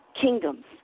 kingdoms